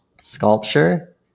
Sculpture